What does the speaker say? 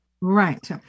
Right